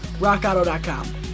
RockAuto.com